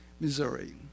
Missouri